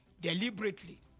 deliberately